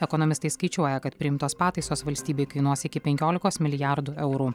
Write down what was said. ekonomistai skaičiuoja kad priimtos pataisos valstybei kainuos iki penkiolikos milijardų eurų